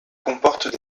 comportent